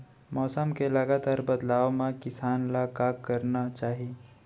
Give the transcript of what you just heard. मौसम के लगातार बदलाव मा किसान ला का करना चाही?